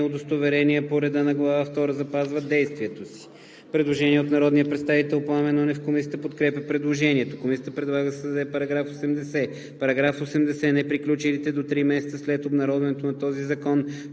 удостоверения по реда на глава втора запазват действието си.“ Предложение на народния представител Пламен Нунев. Комисията подкрепя предложението. Комисията предлага да се създаде § 80: „§ 80. Неприключилите до три месеца след обнародването на този закон